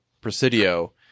Presidio